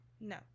No